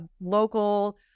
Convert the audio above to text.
local